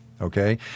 Okay